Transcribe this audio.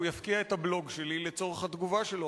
הוא יפקיע את הבלוג שלי לצורך התגובה שלו,